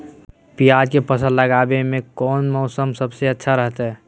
प्याज के फसल लगावे में कौन मौसम सबसे अच्छा रहतय?